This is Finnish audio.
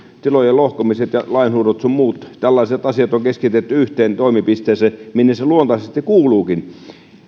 tilojen lohkomiset ja lainhuudot sun muut tällaiset asiat on keskitetty yhteen toimipisteeseen minne ne luontaisesti kuuluvatkin